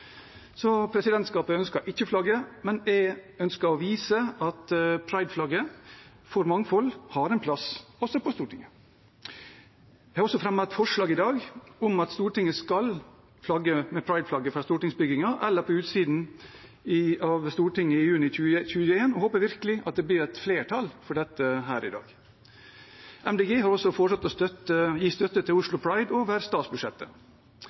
Presidentskapet ønsker ikke flagget, men jeg ønsker å vise at Pride-flagget for mangfold har en plass også på Stortinget. Jeg har også fremmet et forslag i dag om at Stortinget skal flagge med Pride-flagget fra stortingsbygningen eller på utsiden av Stortinget i juni 2021, og håper virkelig at det blir et flertall for dette her i dag. Miljøpartiet De Grønne har også foreslått å gi støtte til Oslo Pride over statsbudsjettet.